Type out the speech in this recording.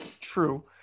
true